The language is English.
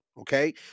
okay